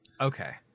Okay